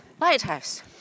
Lighthouse